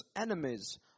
enemies